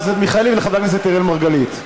הכנסת מיכאלי ולחבר הכנסת אראל מרגלית.